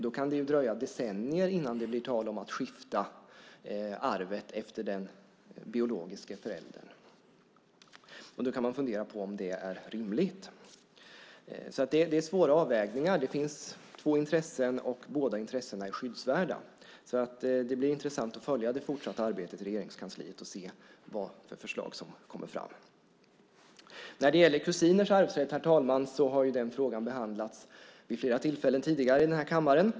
Då kan det dröja decennier innan det blir tal om att skifta arvet efter den biologiska föräldern. Man kan fundera på om det är rimligt. Det är svåra avvägningar. Det finns två intressen, och båda är skyddsvärda. Det blir intressant att följa det fortsatta arbetet i Regeringskansliet och se vilka förslag som kommer fram. Herr talman! Frågan om kusiners arvsrätt har behandlats vid flera tillfällen tidigare i kammaren.